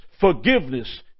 forgiveness